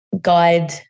guide